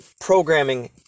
programming